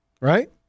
right